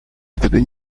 gdyby